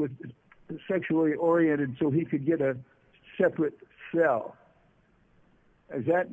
with the sexually oriented so he could get a separate though is that